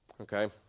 Okay